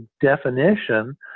definition